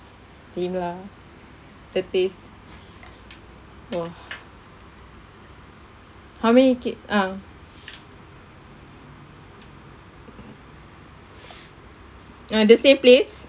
same lah the taste !wah! how many cak~ uh oh the same place